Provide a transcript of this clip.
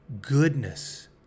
goodness